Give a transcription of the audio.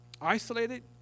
Isolated